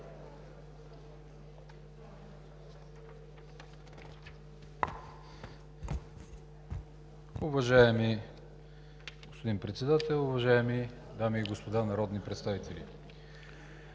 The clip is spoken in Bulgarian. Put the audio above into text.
Уважаеми господин Председател, уважаеми дами и господа народни представители!